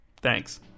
Thanks